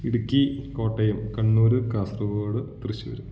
Idukki Kottayam Kannur Kasaragod Thrissur